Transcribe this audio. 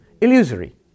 Illusory